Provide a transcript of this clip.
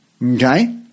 Okay